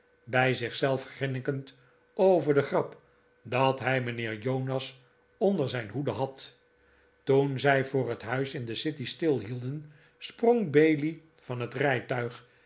bij zich zelf grinnikend over de grap dat hij mijnheer jonas onder zijn hoede had toen zij voor het huis in de city stilhielden sprong bailey van het rijtuig